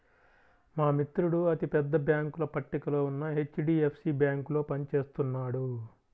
మా మిత్రుడు అతి పెద్ద బ్యేంకుల పట్టికలో ఉన్న హెచ్.డీ.ఎఫ్.సీ బ్యేంకులో పని చేస్తున్నాడు